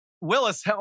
Willis